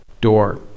door